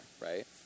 right